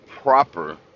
proper